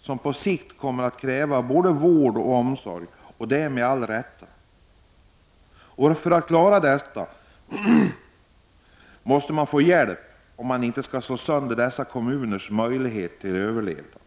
som på sikt kommer att kräva både vård och omsorg, och det med all rätt. För att klara det här måste man få hjälp, om man inte skall slå sönder kommunernas möjligheter till överlevnad.